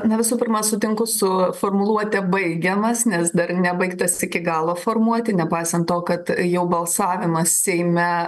na visų pirma sutinku su formuluote baigiamas nes dar nebaigtas iki galo formuoti nepaisant to kad jau balsavimas seime